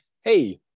hey